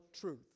truth